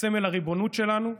סמל הריבונות שלנו,